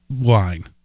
line